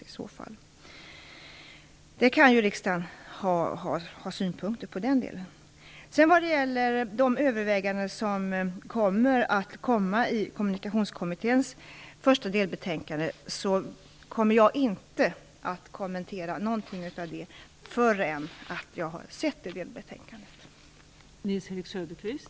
Riksdagen kan ju ha synpunkter på den delen. Vad gäller de överväganden som kommer i Kommunikationskommitténs första delbetänkande kommer jag inte att kommentera någonting av det förrän jag har sett det delbetänkandet.